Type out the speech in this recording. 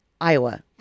Iowa